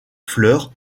fleur